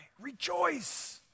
Rejoice